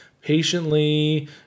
patiently